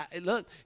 look